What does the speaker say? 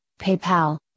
PayPal